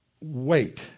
Wait